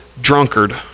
drunkard